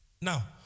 Now